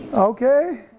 okay.